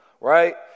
right